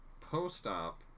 post-op